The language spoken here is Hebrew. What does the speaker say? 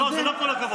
לא, זה לא כל הכבוד.